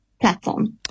platform